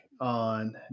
on